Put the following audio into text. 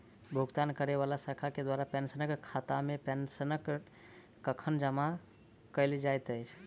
भुगतान करै वला शाखा केँ द्वारा पेंशनरक खातामे पेंशन कखन जमा कैल जाइत अछि